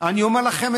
אני אומר לכם,